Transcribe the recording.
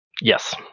Yes